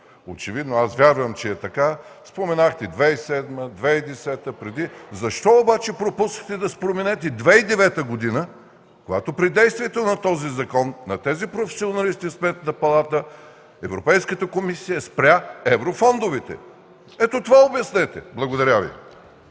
очевидно. Аз вярвам, че е така. Споменахте 2007, 2010 г. Защо обаче пропуснахте да споменете 2009 г., когато при действието на този закон, на тези професионалисти в Сметната палата Европейската комисия спря еврофондовете? Ето това обяснете. Благодаря Ви.